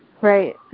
Right